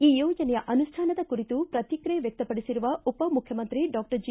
ಈ ಯೋಜನೆಯ ಅನುಷ್ಠಾನದ ಕುರಿತು ಪ್ರತಿಕ್ರಿಯೆ ವ್ಯಕ್ತಪಡಿಸಿರುವ ಉಪ ಮುಖ್ಯಮಂತ್ರಿ ಡಾಕ್ಟರ್ ಜಿ